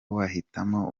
wahitamo